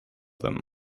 them